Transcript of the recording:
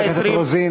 חברת הכנסת רוזין,